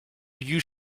you